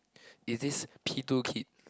is this P two kid